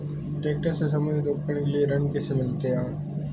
Tractor से संबंधित उपकरण के लिए ऋण कैसे मिलता है?